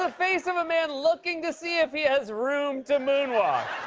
ah face of a man looking to see if he has room to moonwalk!